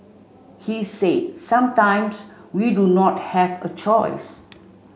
he said sometimes we do not have a choice